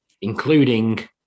including